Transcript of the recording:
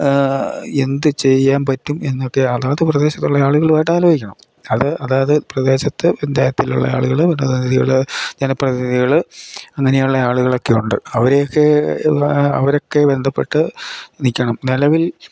എന്ത് ചെയ്യാൻ പറ്റും എന്നൊക്കെ അതാത് പ്രദേശത്തുള്ളയാളുകളുമായിട്ട് ആലോചിക്കണം അത് അതാത് പ്രദേശത്ത് പഞ്ചായത്തിലുള്ള ആളുകൾ ജനപ്രതിനിധികൾ ജനപ്രതിനിധകൾ അങ്ങനെയുള്ള ആളുകളൊക്കെയുണ്ട് അവരെയൊക്കെ അവരൊക്കെ ബന്ധപ്പെട്ട് നിൽക്കണം നിലവിൽ